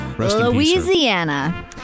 Louisiana